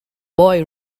boy